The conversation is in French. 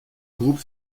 groupe